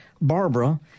Barbara